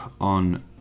on